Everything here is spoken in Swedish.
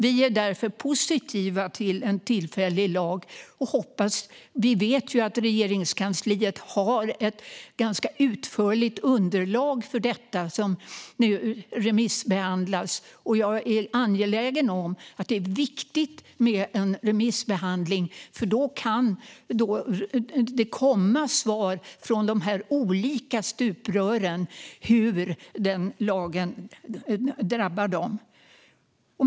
Vi är därför positiva till en tillfällig lag. Vi vet att Regeringskansliet har ett ganska utförligt underlag för detta som nu remissbehandlas. Jag är angelägen om det. Det är viktigt med en remissbehandling, för då kan det komma svar från de olika stuprören om hur lagen drabbar dem.